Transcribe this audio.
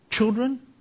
children